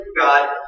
God